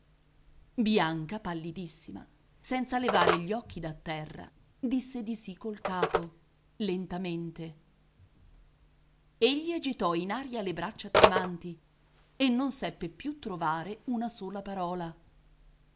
sì bianca pallidissima senza levare gli occhi da terra disse di sì col capo lentamente egli agitò in aria le braccia tremanti e non seppe più trovare una sola parola